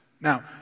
Now